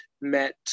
met